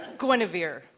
Guinevere